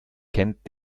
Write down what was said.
kennt